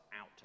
out